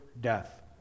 death